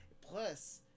Plus